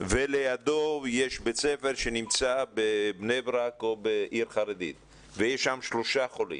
ולידו יש בית ספר שנמצא בבני ברק או בעיר חרדית ויש שם שלושה חולים,